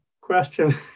question